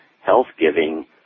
health-giving